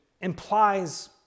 implies